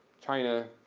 china,